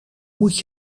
moet